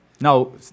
No